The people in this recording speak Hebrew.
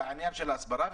עניין ההסברה,